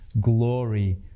Glory